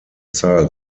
zahl